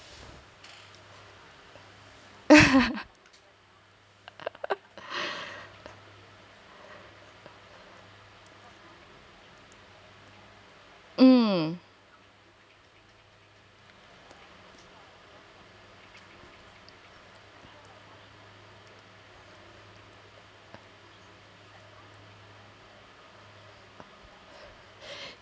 um